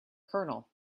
colonel